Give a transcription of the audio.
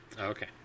Okay